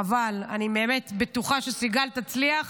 חבל, אני באמת בטוחה שסיגל תצליח.